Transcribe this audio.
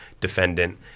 defendant